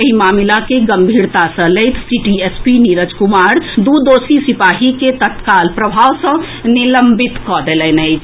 एहि मामिला के गम्भीरता सँ लैत सिटी एसपी नीरज कुमार दू दोषी सिपाही के तत्काल प्रभाव सँ निलंबित कऽ देलनि अछि